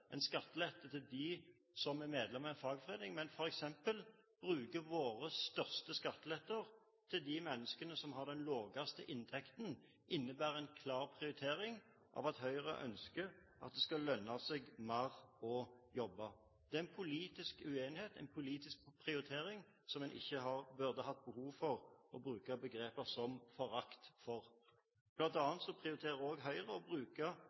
skattelette til dem som er medlem av en fagforening, men f.eks. gir våre største skattelettelser til de menneskene som har den laveste inntekten, innebærer at Høyre ønsker at det skal lønne seg mer å jobbe. Det er en politisk uenighet, en politisk prioritering, der man ikke burde hatt behov for å bruke begreper som «forakt for». Blant annet prioriterer Høyre å bruke